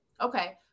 Okay